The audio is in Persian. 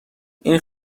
این